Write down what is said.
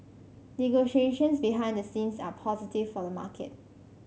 negotiations behind the scenes are positive for the market